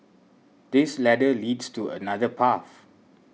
this ladder leads to another path